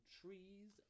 trees